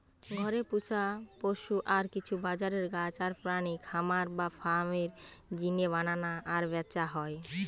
ঘরে পুশা পশু আর কিছু বাজারের গাছ আর প্রাণী খামার বা ফার্ম এর জিনে বানানা আর ব্যাচা হয়